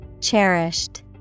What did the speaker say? Cherished